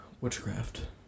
Witchcraft